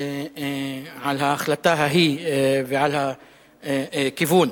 על ההחלטה ההיא ועל הכיוון.